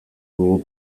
dugu